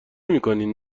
میکنین